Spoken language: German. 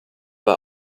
war